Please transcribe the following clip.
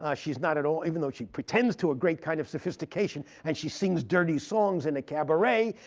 ah she's not at all, even though she pretends to a great kind of sophistication. and she sings dirty songs in a cabaret,